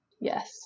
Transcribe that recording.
Yes